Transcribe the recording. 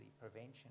prevention